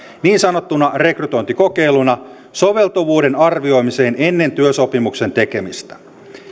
niin sanottuna rekrytointikokeiluna soveltuvuuden arvioimiseen ennen työsopimuksen tekemistä